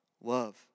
love